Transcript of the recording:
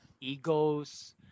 egos